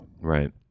Right